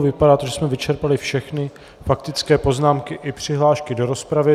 Vypadá to, že jsme vyčerpali všechny faktické poznámky i přihlášky do rozpravy.